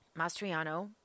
Mastriano